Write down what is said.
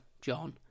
John